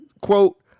Quote